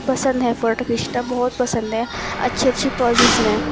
پسند ہے فوٹو کھینچنا بہت پسند ہے اچھی اچھی پوزز میں